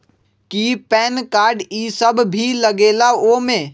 कि PAN card इ सब भी लगेगा वो में?